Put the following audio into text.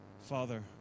Father